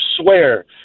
swear